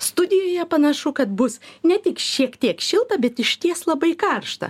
studijoje panašu kad bus ne tik šiek tiek šilta bet išties labai karšta